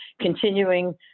continuing